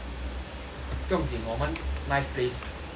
不用静我们 ninth place